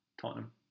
Tottenham